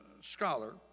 scholar